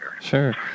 Sure